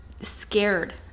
scared